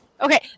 Okay